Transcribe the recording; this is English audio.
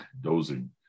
dozing